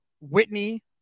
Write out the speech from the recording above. Whitney